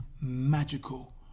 magical